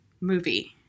movie